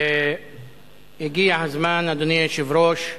הגיע הזמן, אדוני היושב-ראש,